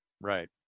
Right